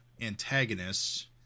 antagonists